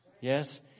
Yes